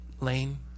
Lane